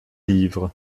livres